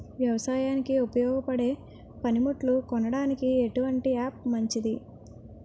వ్యవసాయానికి ఉపయోగపడే పనిముట్లు కొనడానికి ఎటువంటి యాప్ మంచిది?